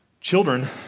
Children